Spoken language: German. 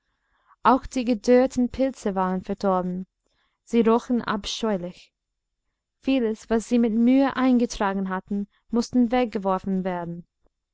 auch die gedörrten pilze waren verdorben sie rochen abscheulich vieles was sie mit mühe eingetragen hatten mußte weggeworfen werden